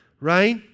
right